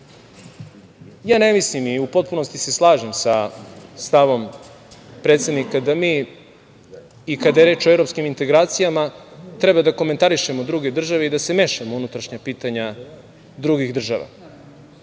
Ja ne mislim i u potpunosti se slažem sa stavom predsednika da mi i kada je reč o evropskim integracijama treba da komentarišemo druge države i da se mešamo u unutrašnja pitanja drugih država. Kada